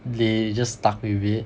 they just stuck with it